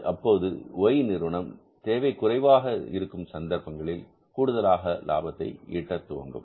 அப்போதும் Y நிறுவனம் தேவை குறைவாக இருக்கும் சந்தர்ப்பங்களிலும் கூடுதலாகவே லாபத்தை ஈட்டும்